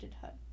hut